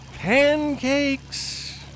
pancakes